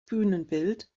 bühnenbild